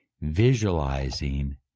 visualizing